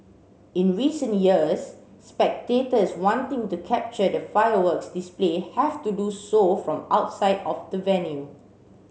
in recent years spectators wanting to capture the fireworks display have to do so from outside of the venue